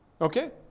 Okay